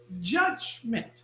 judgment